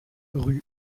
rue